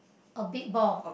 a big ball